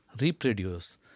reproduce